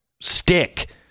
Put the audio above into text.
stick